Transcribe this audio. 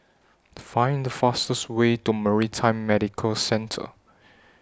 Find The fastest Way to Maritime Medical Centre